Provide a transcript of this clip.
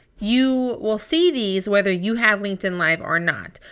you will see these, whether you have linkedin live or not,